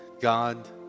God